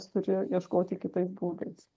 turi ieškoti kitais būdais